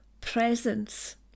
presence